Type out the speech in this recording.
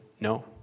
No